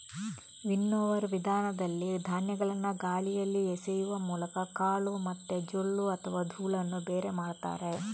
winnower ವಿಧಾನದಲ್ಲಿ ಧಾನ್ಯಗಳನ್ನ ಗಾಳಿಯಲ್ಲಿ ಎಸೆಯುವ ಮೂಲಕ ಕಾಳು ಮತ್ತೆ ಜೊಳ್ಳು ಅಥವಾ ಧೂಳನ್ನ ಬೇರೆ ಮಾಡ್ತಾರೆ